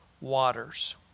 waters